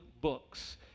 books